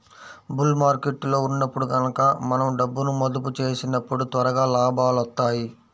bull మార్కెట్టులో ఉన్నప్పుడు గనక మనం డబ్బును మదుపు చేసినప్పుడు త్వరగా లాభాలొత్తాయి